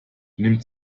nimmt